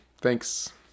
thanks